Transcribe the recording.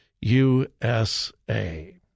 USA